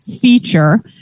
feature